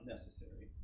Necessary